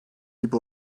gibi